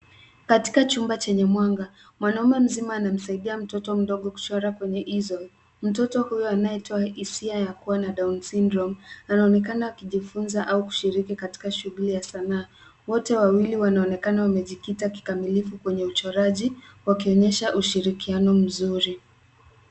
Katika chumba chenye mwanga, mwanaume mzima anamsaidia mtoto mdogo kuchora kwenye e zone .Mtoto huyo anayetoa hisia ya kuwa na down syndrome anaonekana akijifunza au kushiriki katika shughuli ya sanaa. Wote wawili wanaonekana wamejikita kikamilifu kwenye uchoraji wakionyesha ushirikiano mzuri.